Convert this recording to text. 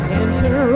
enter